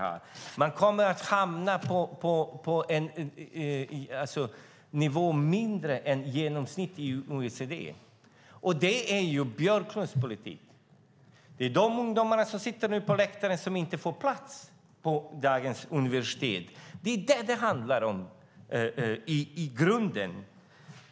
Sverige kommer att hamna på en nivå som är lägre än genomsnittet i OECD. Det är Björklunds politik. Det är de ungdomar som nu sitter på läktaren som inte får plats på dagens universitet. Det är vad det handlar om i grunden.